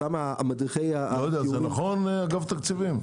זה נכון, אגף תקציבים?